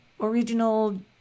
original